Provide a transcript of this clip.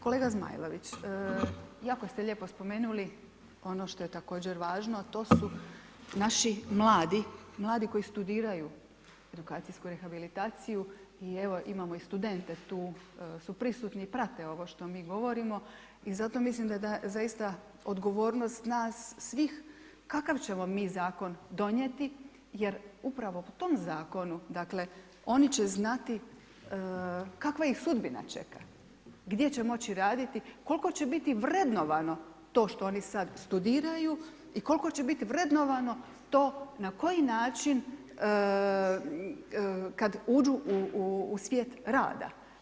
Kolega Zmajlović, jako ste lijepo spomenuli, ono što je također važno, a to su naši mladi, mladi koji studiraju edukacijsku rehabilitaciju i evo, imamo i studente tu su prisutni i prate ovo što mi govorimo i zato mislim da je zaista odgovornost nas svih kakav ćemo mi zakon donijeti, jer upravo tom zakonu, dakle, oni će znati kakva ih sudbina čeka, gdje će moći raditi, koliko će biti vrednovano to što oni sada studiraju i koliko će biti vrednovano, to na koji način kada uđu u svijet rada.